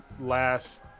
last